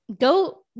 go